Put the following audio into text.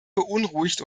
beunruhigt